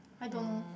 I don't know